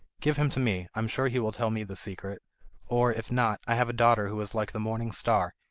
give him to me, i'm sure he will tell me the secret or, if not, i have a daughter who is like the morning star,